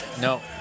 No